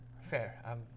Fair